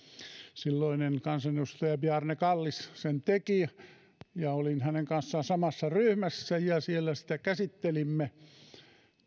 silloinen kansanedustaja bjarne kallis sen teki olin hänen kanssaan samassa ryhmässä ja siellä sitä käsittelimme